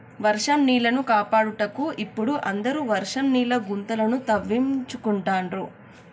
వర్షం నీళ్లను కాపాడుటకు ఇపుడు అందరు వర్షం నీళ్ల గుంతలను తవ్వించుకుంటాండ్రు